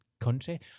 country